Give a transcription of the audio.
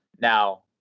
now